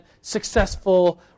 successful